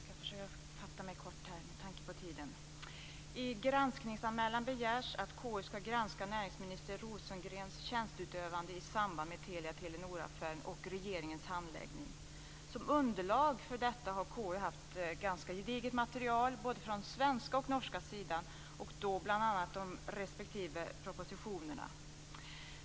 Fru talman! Jag ska försöka att fatta mig kort med tanke på tiden. I granskningsanmälan begärs att KU ska granska näringsminister Rosengrens tjänsteutövande i samband med Telia-Telenor-affären och regeringens handläggning. Som underlag för detta har KU haft ganska gediget material både från svenska och norska sidan, och då bl.a. de respektive propositionerna.